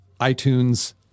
iTunes